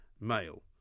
male